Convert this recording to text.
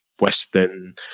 Western